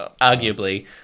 arguably